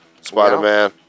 Spider-Man